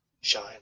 shine